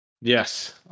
Yes